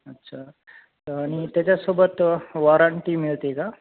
अच्छा आणि त्याच्यासोबत वॉरंटी मिळते का